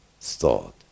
thought